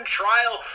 trial